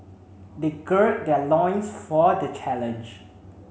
they gird their loins for the challenge